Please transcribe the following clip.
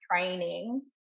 training